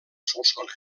solsona